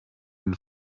den